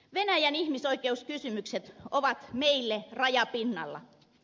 venäjän ihmisoikeuskysymykset ovat meille rajapinnalla